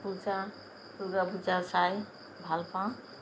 পূজা দুৰ্গা পূজা চাই ভালপাওঁ